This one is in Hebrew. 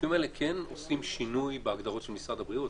הגופים האלה כן עושים שינוי בהגדרות של משרד הבריאות.